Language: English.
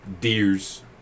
Deers